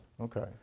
Okay